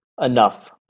enough